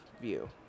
view